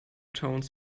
tones